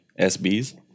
SBs